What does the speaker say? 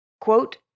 Quote